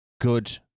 good